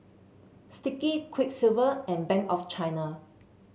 Sticky Quiksilver and Bank of China